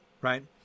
right